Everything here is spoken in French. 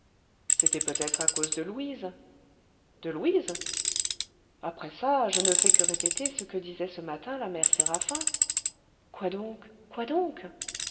c'était peut-être à propos de louise de louise après ça je ne fais que répéter ce que disait ce matin la mère séraphin quoi donc quoi donc